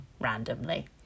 randomly